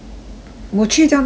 我去这样多次